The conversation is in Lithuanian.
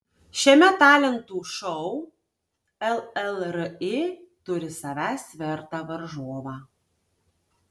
šiame talentų šou llri turi savęs vertą varžovą